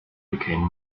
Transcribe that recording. became